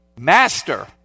Master